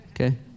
Okay